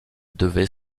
devait